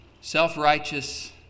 self-righteous